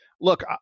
look